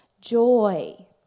joy